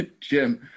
Jim